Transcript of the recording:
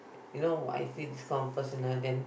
you know I see this kind of person ah then